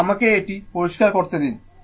তো আমাকে এটি পরিষ্কার করতে দিন